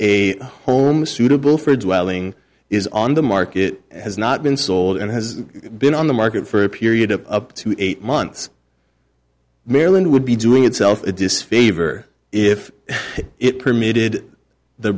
a home suitable for a dwelling is on the market has not been sold and has been on the market for a period of up to eight months maryland would be doing itself a disfavor if it permitted the